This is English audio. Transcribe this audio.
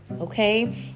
Okay